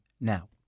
now